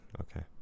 okay